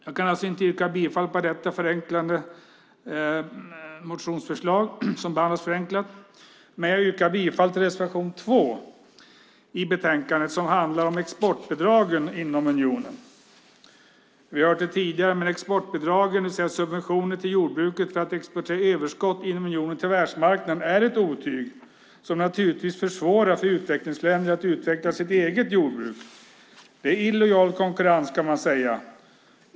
Jag kan alltså inte yrka bifall till detta motionsförslag som behandlats förenklat, men jag får väl yrka bifall till reservation 2 i betänkandet som handlar om exportbidragen inom unionen. Vi har hört det tidigare, men exportbidragen, det vill säga subventioner till jordbruket för att exportera överskott inom unionen till världsmarknaden, är ett otyg som naturligtvis försvårar för utvecklingsländer att utveckla sitt eget jordbruk. Det är illojal konkurrens, kan man säga.